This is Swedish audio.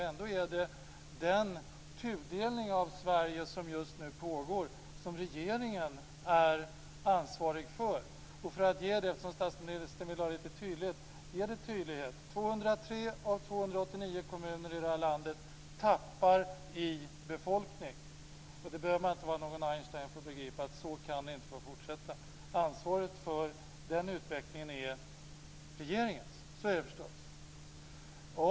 Ändå är det den tudelningen av Sverige som just nu pågår, som regeringen är ansvarig för. För att ge tydlighet åt det som statsministern ville ha tydligt, kan jag nämna att 203 av 289 kommuner i landet tappar i befolkning. Man behöver inte vara någon Einstein för att begripa att det inte kan få fortsätta så. Ansvaret för den utvecklingen är regeringens. Så är det förstås.